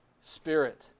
spirit